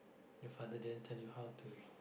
your father didn't tell you how to